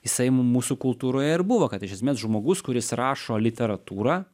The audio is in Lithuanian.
jisai mūsų kultūroje ir buvo kad iš esmės žmogus kuris rašo literatūrą